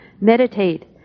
Meditate